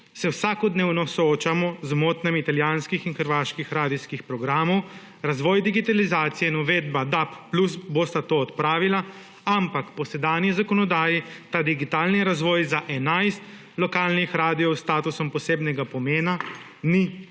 se vsakodnevno soočamo z motnjami italijanskih in hrvaških radijskih programov, razvoj digitalizacije in uvedba DAB+ bosta to odpravila, ampak po sedanji zakonodaji ta digitalni razvoj za 11 lokalnih radiev v statusom posebnega pomena ni samoumeven.